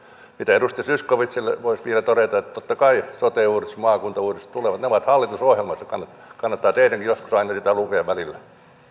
edustaja zyskowiczille voisi vielä todeta että totta kai sote uudistus ja maakuntauudistus tulevat ne ovat hallitusohjelmassa kannattaa teidänkin aina välillä